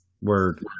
word